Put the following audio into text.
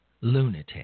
lunatic